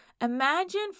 Imagine